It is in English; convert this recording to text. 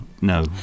No